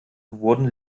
wurden